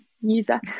user